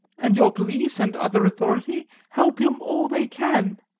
and your police and other authority help him all they can.